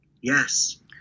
yes